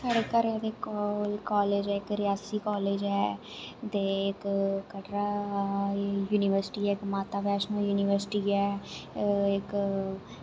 साढ़े घरा दे कोल कालेज ऐ इक रियासी कालेज ऐ ते इक कटरा यूनिवर्सटी ऐ इक माता बैश्णो यूनिवर्सटी ऐ इक